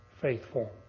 faithful